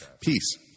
Peace